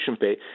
pay